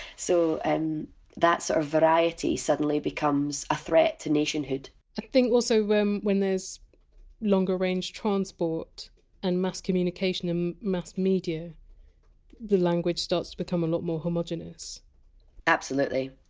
so and that sort of variety suddenly becomes a threat to nationhood i think also when when those longer range transport and mass communication and mass media, the language starts to become a lot more homogenous absolutely,